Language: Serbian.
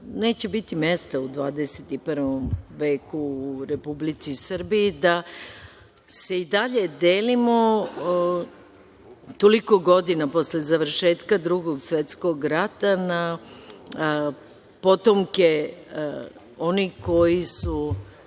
neće biti mesta u 21. veku u Republici Srbiji, da se i dalje delimo, toliko godina posle završetka Drugog svetskog rata, na potomke onih koji su